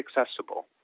accessible